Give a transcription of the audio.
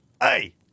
Hey